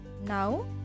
now